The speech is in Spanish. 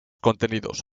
contenidos